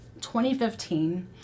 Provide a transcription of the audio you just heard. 2015